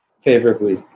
favorably